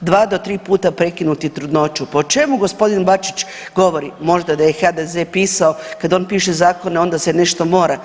dva do tri puta prekinuti trudnoću, pa o čemu g. Bačić govori, možda da je HDZ pisao, kad on piše zakone onda se nešto mora.